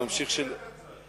אתה מוכיח את זה.